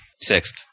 Sixth